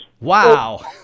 Wow